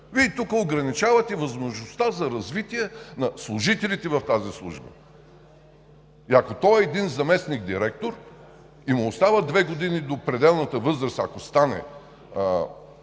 Вие тук ограничавате възможността за развитие на служителите в тази служба. Ако на този един заместник-директор му остават две години до пределната възраст и стане